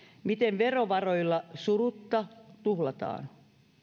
miten verovaroja surutta tuhlataan